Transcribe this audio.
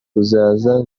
kuzaza